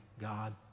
God